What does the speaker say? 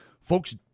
folks